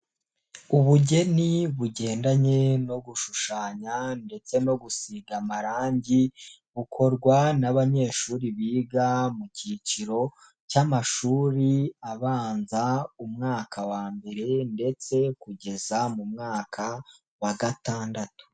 Ubugeni bugendanye no gushushanya ndetse no gusiga amarangi bukorwa n'abanyeshuri biga mu cyiciro cy'amashuri abanza umwaka wa mbere ndetse kugeza mu mwaka wa gatandatu.